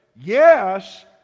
yes